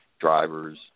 drivers